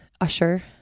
usher